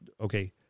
okay